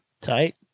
Tight